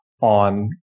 on